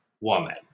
woman